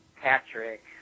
patrick